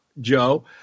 Joe